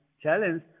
challenge